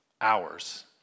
hours